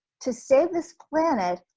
to save this planet,